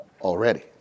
already